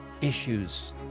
issues